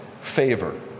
favor